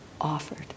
offered